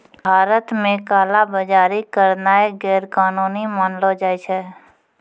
भारत मे काला बजारी करनाय गैरकानूनी मानलो जाय छै